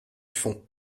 fond